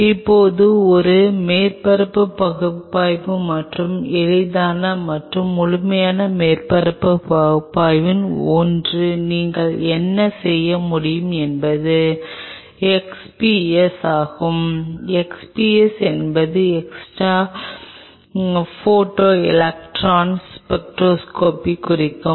இப்போது ஒரு மேற்பரப்பு பகுப்பாய்வு மற்றும் எளிதான மற்றும் முழுமையான மேற்பரப்பு பகுப்பாய்வுகளில் ஒன்று நீங்கள் என்ன செய்ய முடியும் என்பது X P S ஆகும் x p s என்பது எக்ஸ்ரே போட்டோ எலக்ட்ரான் ஸ்பெக்ட்ரோஸ்கோபியைக் குறிக்கிறது